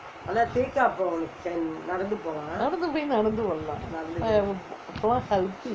நடந்து போய் நடந்து வரலாம் அப்போலாம்:nadanthu poi nadanthu varalam appolaam healthy